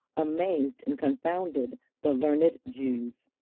amazed and confounded the learned jews.